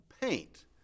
paint